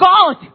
God